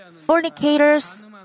fornicators